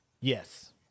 Yes